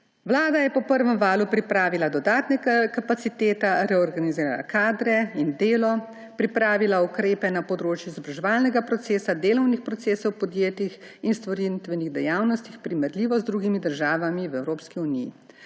Vlada je po prvem valu pripravila dodatne kapacitete, reorganizirala kadre in delo, pripravila ukrepe na področju izobraževalnega procesa, delovnih procesov v podjetjih in storitvenih dejavnostih primerljivo z drugimi državami v Evropski uniji.